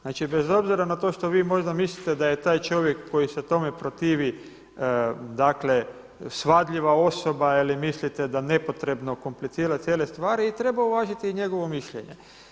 Znači bez obzira na to što vi možda mislite da je taj čovjek koji se tome protivi svadljiva osoba ili mislite da nepotrebno komplicira cijele stvari i treba uvažiti i njegovo mišljenje.